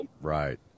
Right